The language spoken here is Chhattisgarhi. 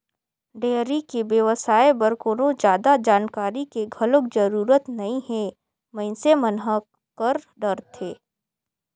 डेयरी के बेवसाय बर कोनो जादा जानकारी के घलोक जरूरत नइ हे मइनसे मन ह कर डरथे